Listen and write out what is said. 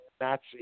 Nazi